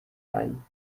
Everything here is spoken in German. ein